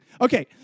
Okay